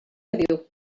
heddiw